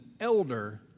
elder